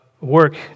work